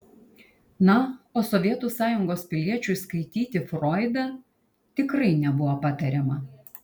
na o sovietų sąjungos piliečiui skaityti froidą tikrai nebuvo patariama